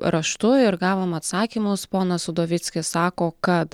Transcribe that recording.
raštu ir gavom atsakymus ponas udovcikis sako kad